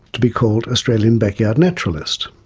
to be called australian backyard naturalist.